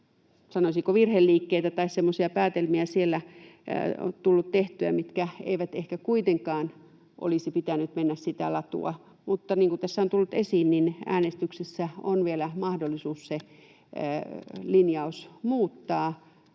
sanoisinko, virheliikkeitä tai semmoisia päätelmiä, joita on tullut tehtyä mutta joiden ei ehkä kuitenkaan olisi pitänyt mennä sitä latua, mutta niin kuin tässä on tullut esiin, äänestyksessä on vielä mahdollisuus se linjaus muuttaa.